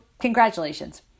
congratulations